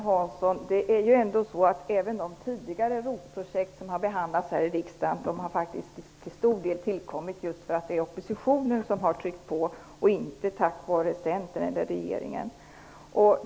Herr talman! Även de tidigare ROT-projekt som har behandlats här i riksdagen har faktiskt till stor del tillkommit för att oppositionen har tryckt på, Agne Hansson, och inte tack vare Centern eller regeringen.